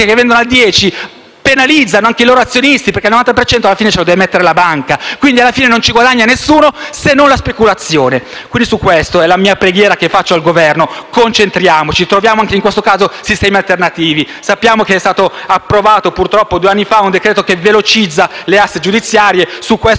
che vendono al 10 e penalizzano anche i loro azionisti, perché il 90 per cento lo deve mettere la banca. Quindi alla fine non ci guadagna nessuno, se non la speculazione. Questa è la preghiera che rivolgo al Governo: concentriamoci; troviamo anche in questo caso sistemi alternativi. Sappiamo che è stato approvato, purtroppo, due anni fa, un decreto che velocizza le aste giudiziarie; su questo